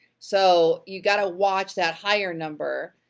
so, you gotta watch that higher number.